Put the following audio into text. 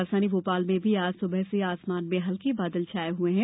राजधानी भोपाल में भी आज सुबह से आसमान में हल्के बादल छाए हए है